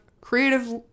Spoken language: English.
creative